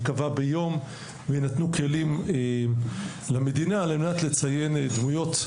ייקבע ביום ויינתנו כלים למדינה על מנת לציין דמויות,